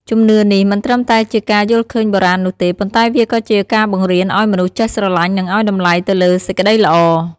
ជំនឿនេះមិនត្រឹមតែជាការយល់ឃើញបុរាណនោះទេ ប៉ុន្តែវាក៏ជាការបង្រៀនឱ្យមនុស្សចេះស្រឡាញ់និងឱ្យតម្លៃទៅលើសេចក្តីល្អ។